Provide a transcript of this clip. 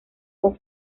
con